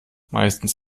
meistens